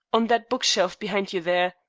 on that bookshelf behind you there.